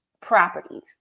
properties